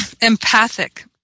empathic